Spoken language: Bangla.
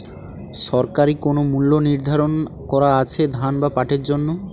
সরকারি কোন মূল্য নিধারন করা আছে ধান বা পাটের জন্য?